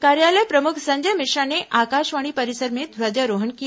कार्यालय प्रमुख संजय मिश्रा ने आकाषवाणी परिसर में ध्वजारोहण किया